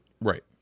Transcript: Right